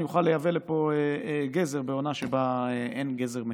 יוכל לייבא לפה גזר בעונה שבה אין גזר מקומי.